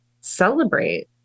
celebrate